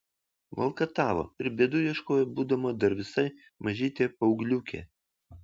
valkatavo ir bėdų ieškojo būdama dar visai mažytė paaugliukė